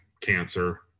cancer